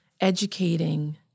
educating